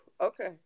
Okay